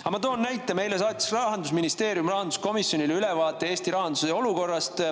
Aga ma toon näite. Meile, rahanduskomisjonile, saatis Rahandusministeerium ülevaate Eesti rahanduse olukorrast